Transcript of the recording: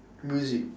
music